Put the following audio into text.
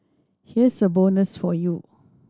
here's a bonus for you